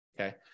Okay